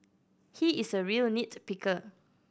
he is a real nit picker